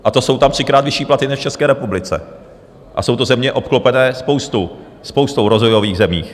A to jsou tam třikrát vyšší platy než v České republice a jsou to země obklopené spoustou, spoustou rozvojových zemí.